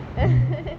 mm